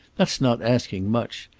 that's not asking much.